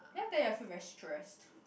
did I tell you I feel very stressed